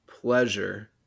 pleasure